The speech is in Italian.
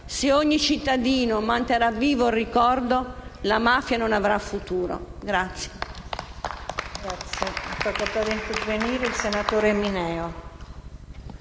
Se ogni cittadino manterrà vivo il ricordo, la mafia non avrà futuro.